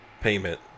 payment